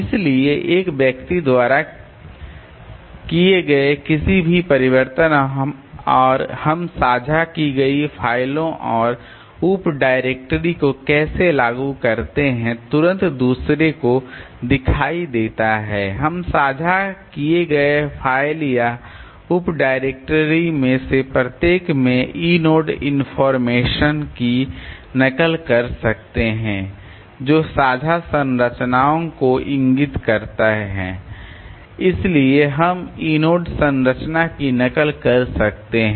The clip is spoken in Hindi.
इसलिए एक व्यक्ति द्वारा किए गए किसी भी परिवर्तन और हम साझा की गई फ़ाइलों और उप डायरेक्टरी को कैसे लागू करते हैं तुरंत दूसरे को दिखाई देता है हम साझा किए गए फ़ाइल या उप डायरेक्टरी में से प्रत्येक में इनोड इनफार्मेशन की नकल कर सकते हैं जो साझा संरचनाओं को इंगित करते हैं इसलिए हम इनोड संरचना की नकल कर सकते हैं